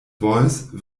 voice